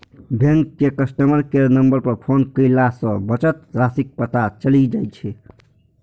bank के customer care number पर phone कयला सं बचत राशिक पता चलि जाइ छै